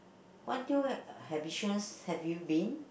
what do you have you been